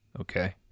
Okay